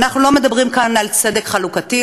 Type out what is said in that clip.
אנחנו לא מדברים כאן על צדק חלוקתי,